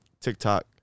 TikTok